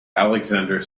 alexander